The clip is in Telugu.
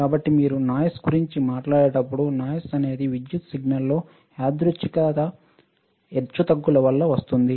కాబట్టి మీరు నాయిస్ గురించి మాట్లాడేటప్పుడు నాయిస్ అనేది విద్యుత్ సిగ్నల్లో యాదృచ్ఛిక హెచ్చుతగ్గుల వల్ల వస్తుంది